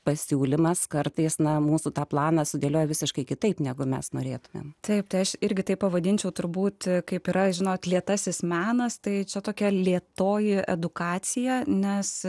pasiūlymas kartais na mūsų tą planą sudėliojo visiškai kitaip negu mes norėtumėm taip tai aš irgi taip pavadinčiau turbūt kaip yra žinot lėtasis menas tai čia tokia lėtoji edukacija nes